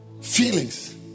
Feelings